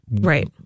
Right